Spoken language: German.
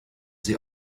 sie